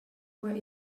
world